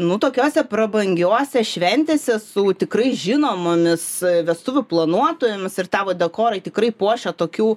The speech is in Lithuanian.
nu tokiose prabangiose šventėse su tikrai žinomomis vestuvių planuotojomis ir tavo dekorai tikrai puošia tokių